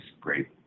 great